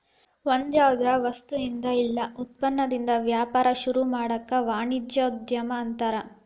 ಒಂದ್ಯಾವ್ದರ ವಸ್ತುಇಂದಾ ಇಲ್ಲಾ ಉತ್ಪನ್ನದಿಂದಾ ವ್ಯಾಪಾರ ಶುರುಮಾಡೊದಕ್ಕ ವಾಣಿಜ್ಯೊದ್ಯಮ ಅನ್ತಾರ